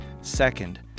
Second